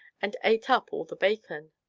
and ate up all the bacon.